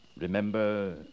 Remember